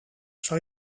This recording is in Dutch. zou